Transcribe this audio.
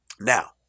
Now